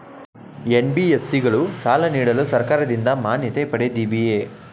NBFC ಗಳು ಸಾಲ ನೀಡಲು ಸರ್ಕಾರದಿಂದ ಮಾನ್ಯತೆ ಪಡೆದಿವೆಯೇ?